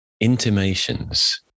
intimations